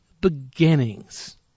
beginnings